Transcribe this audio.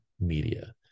media